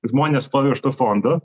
žmonės stovi už to fondo